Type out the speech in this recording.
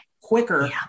quicker